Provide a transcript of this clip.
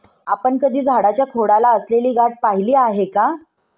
आपण कधी झाडाच्या खोडाला असलेली गाठ पहिली आहे का?